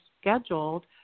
scheduled